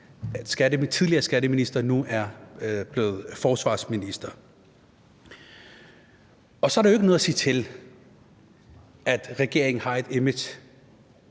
tidligere skatteminister nu er blevet forsvarsminister. Så er der jo ikke noget at sige til, at regeringen har et image,